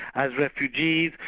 as refugees.